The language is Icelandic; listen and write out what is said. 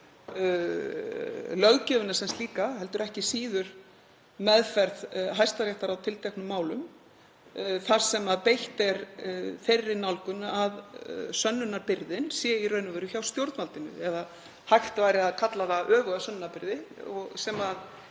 löggjöfina sem slíka heldur ekki síður meðferð Hæstaréttar á tilteknum málum þar sem beitt er þeirri nálgun að sönnunarbyrðin sé í raun og veru hjá stjórnvaldinu eða hægt væri að kalla það öfuga sönnunarbyrði, sem er